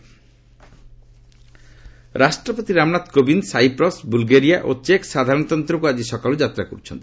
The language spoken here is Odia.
ପ୍ରେଜ୍ ଭିଜିଟ୍ ରାଷ୍ଟ୍ରପତି ରାମନାଥ କୋବିନ୍ଦ୍ ସାଇପ୍ରସ୍ ବୁଲ୍ଗେରିଆ ଓ ଚେକ୍ ସାଧାରଣତନ୍ତ୍ରକୁ ଆଜି ସକାଳୁ ଯାତ୍ରା କରୁଛନ୍ତି